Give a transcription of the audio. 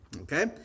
Okay